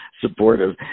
supportive